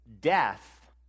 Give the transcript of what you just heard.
death